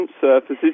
surfaces